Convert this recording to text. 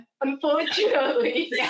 unfortunately